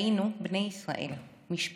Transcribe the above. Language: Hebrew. היינו בני ישראל, משפחה.